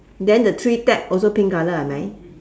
then the three tap also pink colour hai mai